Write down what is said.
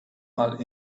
mal